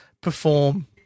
perform